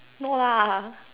no lah